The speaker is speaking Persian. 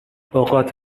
اوقات